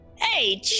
Hey